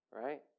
Right